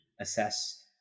assess